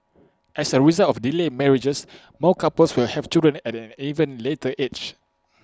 as A result of delayed marriages more couples will have children at an even later age